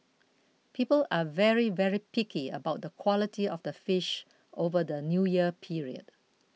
people are very very picky about the quality of the fish over the New Year period